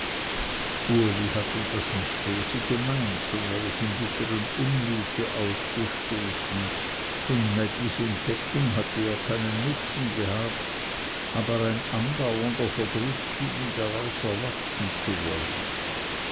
uli hatte das nicht böse gemeint sondern es im bittern unmute ausgestoßen von mädis entdeckung hatte er keinen nutzen gehabt aber ein andauernder verdruß schien ihm daraus erwachsen zu wollen